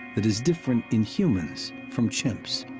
that is different in humans from chimps.